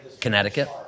Connecticut